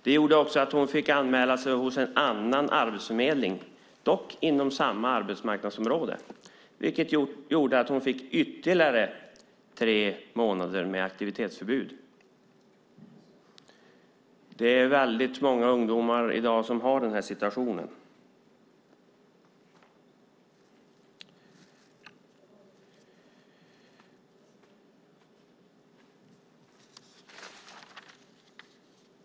Väl hemma fick hon anmäla sig hos en annan arbetsförmedling, dock inom samma arbetsmarknadsområde. Det gjorde att hon fick ytterligare tre månader med aktivitetsförbud. Det är många ungdomar i dag som är i denna situation.